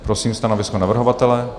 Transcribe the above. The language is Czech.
Prosím stanovisko navrhovatele.